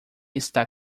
está